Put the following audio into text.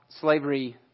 slavery